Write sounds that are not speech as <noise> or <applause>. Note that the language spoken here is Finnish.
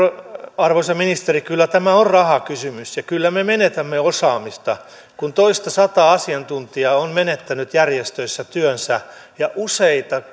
arvoisa ministeri kyllä tämä on rahakysymys ja kyllä me menetämme osaamista kun toistasataa asiantuntijaa on menettänyt järjestöissä työnsä ja useita <unintelligible>